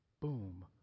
boom